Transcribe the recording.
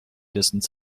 distance